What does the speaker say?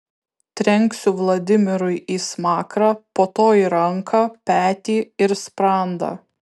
trenksiu vladimirui į smakrą po to į ranką petį ir sprandą